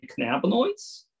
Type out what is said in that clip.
cannabinoids